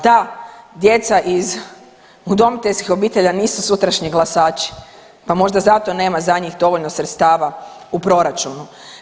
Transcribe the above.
Da djeca iz udomiteljskih obitelji nisu sutrašnji glasači pa možda zato nema za njih dovoljno sredstava u proračunu.